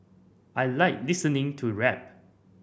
I like listening to rap